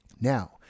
Now